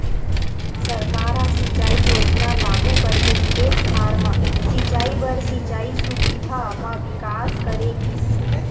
सरकार ह सिंचई योजना लागू करके खेत खार म सिंचई बर सिंचई सुबिधा म बिकास करे गिस